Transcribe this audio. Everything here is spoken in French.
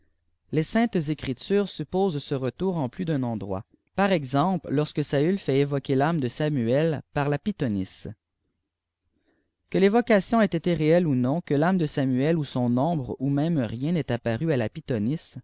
soacieks saintes écritures supposent ce retour en plus d'un endroit par edempie iorêque sàûl uit évoquer i'àme ie samuel par ia flù iae e réyocatsiem ait été réehe ou non que tâme de samuel ou son ombre ou même rien n'ait apparu à la